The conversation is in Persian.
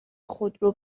خودرو